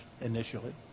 initially